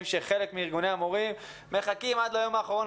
שחלק מארגוני המורים מחכים עד ליום האחרון,